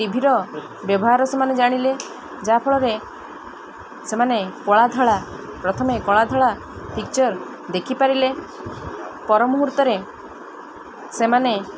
ଟିଭିର ବ୍ୟବହାର ସେମାନେ ଜାଣିଲେ ଯାହାଫଳରେ ସେମାନେ କଳା ଧଳା ପ୍ରଥମେ କଳା ଧଳା ପିକ୍ଚର୍ ଦେଖିପାରିଲେ ପର ମୁହୂର୍ତ୍ତରେ ସେମାନେ